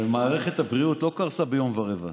ומערכת הבריאות לא קרסה ביום ורבע.